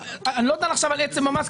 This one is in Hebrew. אני לא דן עכשיו על עצם המס,